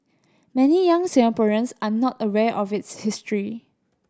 many young Singaporeans are not aware of its history